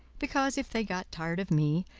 because, if they got tired of me,